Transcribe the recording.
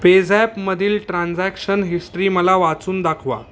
पेझॅपमधील transaction history मला वाचून दाखवा